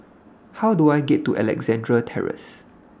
How Do I get to Alexandra Terrace